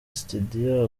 studio